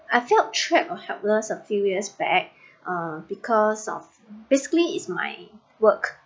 I felt trapped or helpless a few years back uh because of basically is my work